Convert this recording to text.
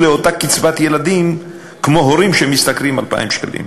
לאותה קצבת ילדים כמו הורים שמשתכרים 2,000 שקלים?